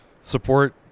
support